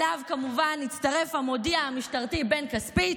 אליו, כמובן, הצטרף המודיע המשטרתי בן כספית,